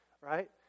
right